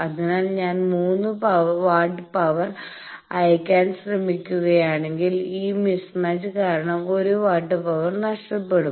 അതിനാൽ ഞാൻ മൂന്ന് വാട്ട് പവർ അയയ്ക്കാൻ ശ്രമിക്കുകയാണെങ്കിൽ ഈ മിസ്മാച്ച് കാരണം ഒരു വാട്ട് പവർ നഷ്ടപ്പെടും